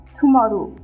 tomorrow